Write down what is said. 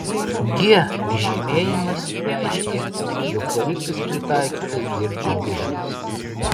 g žymėjimas reiškė jog variklis pritaikytas dirbti dujomis